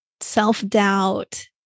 self-doubt